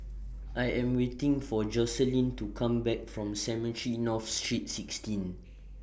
I Am waiting For Jocelyne to Come Back from Cemetry North Street sixteen